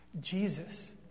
Jesus